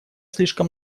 слишком